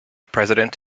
president